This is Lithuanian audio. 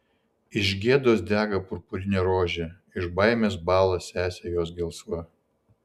iš gėdos dega purpurinė rožė iš baimės bąla sesė jos gelsva